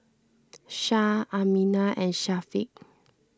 Shah Aminah and Syafiq